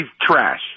trash